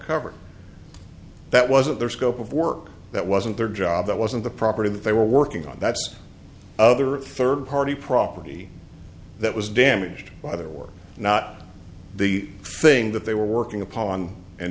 covered that wasn't their scope of work that wasn't their job that wasn't the property that they were working on that's other third party property that was damaged by the work not the thing that they were working upon and